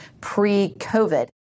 pre-COVID